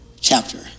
chapter